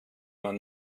man